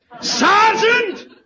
Sergeant